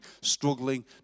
struggling